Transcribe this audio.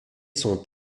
sont